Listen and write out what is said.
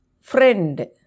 friend